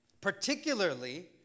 particularly